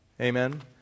Amen